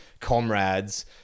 comrades